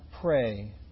pray